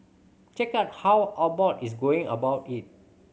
check out how Abbott is going about it